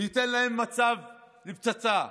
ייתן להם מצב לפצצה,